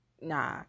nah